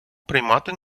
приймати